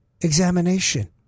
examination